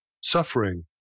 suffering